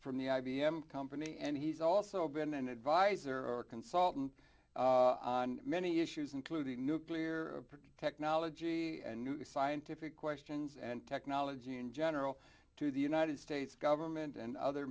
from the i b m company and he's also been an advisor or consultant on many issues including nuclear program technology and new scientific questions and technology in general to the united states government and other